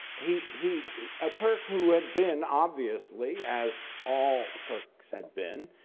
he he a turk who had been obviously as all turks had been,